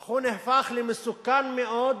אך הוא נהפך למסוכן מאוד